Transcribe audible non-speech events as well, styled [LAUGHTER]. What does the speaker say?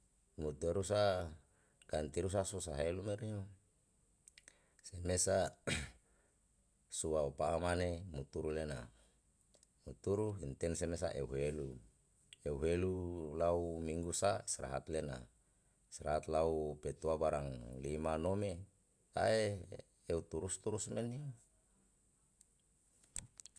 Mutu eru sa ganti ru sa susa heru mereo semesa [NOISE] sua upa'a mane muturu lena muturu imten semesa eu helu eu helu lau minggu sa strahat lena strahat lau petua barang lima nome ae eu turus turus menio.